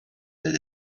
that